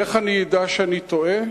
איך אני אדע שאני טועה?